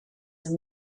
and